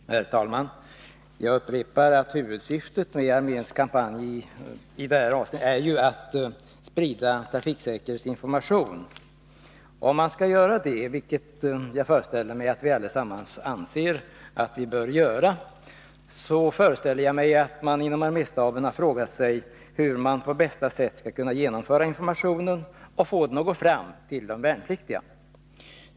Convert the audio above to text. Herr talman! Jag upprepar att huvudsyftet med arméns kampanj i detta fall är att sprida trafiksäkerhetsinformation. Jag föreställer mig att vi alla anser att så bör ske. Likaså antar jag att arméstaben har frågat sig hur man på bästa sätt skall genomföra trafiksäkerhetsinformation för att den skall gå fram till de värnpliktiga.